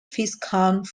viscount